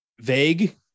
vague